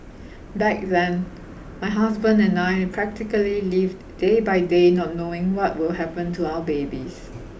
back then my husband and I practically lived day by day not knowing what will happen to our babies